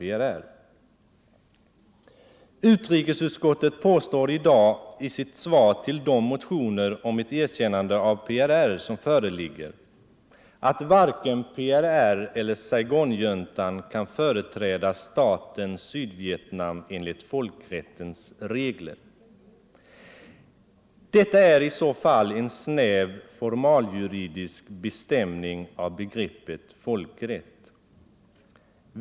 vissa regeringar Utrikesutskottet påstår i dag, i sitt svar till de motioner om ett erkännande av PRR som föreligger, att varken PRR eller Saigonjuntan kan företräda staten Sydvietnam enligt folkrättens regler. Detta är i så fall en snäv formaljuridisk bestämning av begreppet folkrätt.